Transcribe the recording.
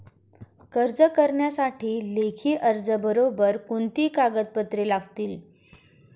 कर्ज करण्यासाठी लेखी अर्जाबरोबर कोणती कागदपत्रे लागतील?